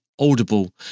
Audible